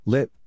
Lip